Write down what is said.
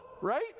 right